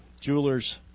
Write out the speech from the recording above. Jewelers